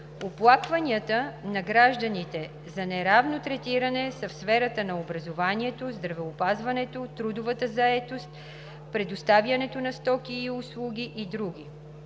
оплакванията на гражданите за неравно третиране са в сферата на образованието, здравеопазването, трудовата заетост, предоставянето на стоки и услуги и други.